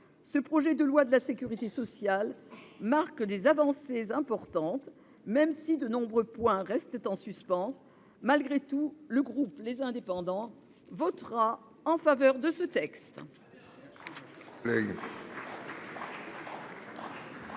de financement de la sécurité sociale marque des avancées importantes, même si de nombreux points restent en suspens. Malgré tout, le groupe Les Indépendants votera en faveur de ce texte.